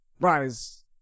rise